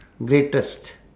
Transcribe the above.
greatest